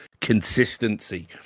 Consistency